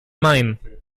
main